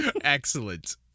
Excellent